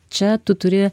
čia tu turi